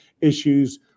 issues